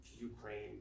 Ukraine